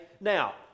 Now